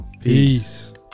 Peace